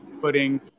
footing